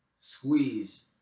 squeeze